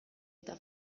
eta